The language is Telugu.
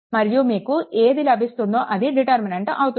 మరియు మీకు ఏది లభిస్తుందో అది డిటర్మినెంట్ అవుతుంది